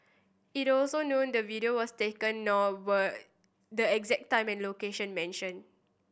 it also known the video was taken nor were the exact time and location mentioned